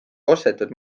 ostetud